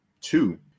two